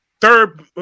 third